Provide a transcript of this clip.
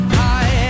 high